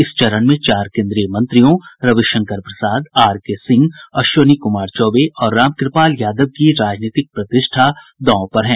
इस चरण में चार केंद्रीय मंत्रियों रविशंकर प्रसाद आरके सिंह अश्विनी कुमार चौबे और रामकृपाल यादव की राजनीतिक प्रतिष्ठा दांव पर है